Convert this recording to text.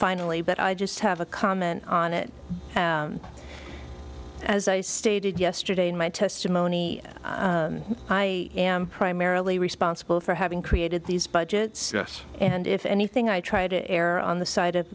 finally but i just have a comment on it as i stated yesterday in my testimony i am primarily responsible for having created these budgets yes and if anything i try to err on the side of